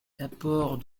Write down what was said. l’apport